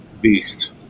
beast